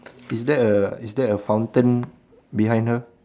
is that a is that a fountain behind her